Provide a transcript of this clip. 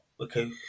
okay